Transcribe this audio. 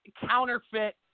counterfeit